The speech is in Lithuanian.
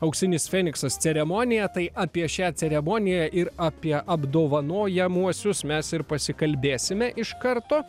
auksinis feniksas ceremonija tai apie šią ceremoniją ir apie apdovanojamuosius mes ir pasikalbėsime iš karto